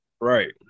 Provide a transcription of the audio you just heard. right